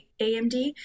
AMD